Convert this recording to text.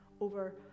over